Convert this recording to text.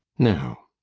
no,